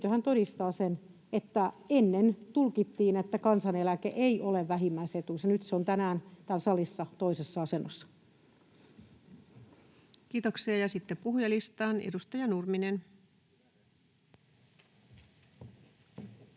todistaa, että ennen tulkittiin, että kansaneläke ei ole vähimmäisetuus, ja nyt se on tänään täällä salissa toisessa asennossa. Kiitoksia. — Sitten puhujalistaan. — Edustaja Nurminen.